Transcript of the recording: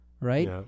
right